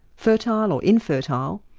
fertile or infertile,